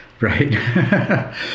Right